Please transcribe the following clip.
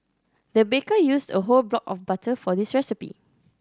the baker used a whole block of butter for this recipe